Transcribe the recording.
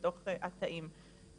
לתוך התאים.